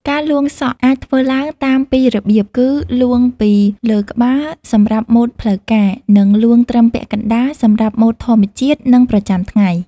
ការលួងសក់អាចធ្វើឡើងតាមពីររបៀបគឺ លួងពីលើក្បាលសម្រាប់ម៉ូតផ្លូវការ និងលួងត្រឹមពាក់កណ្តាលសម្រាប់ម៉ូតធម្មជាតិ និងប្រចាំថ្ងៃ។